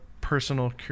personal